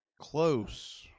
Close